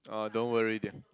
oh don't worry dear